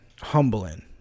humbling